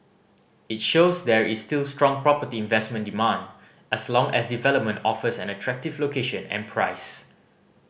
it shows there is still strong property investment demand as long as a development offers an attractive location and price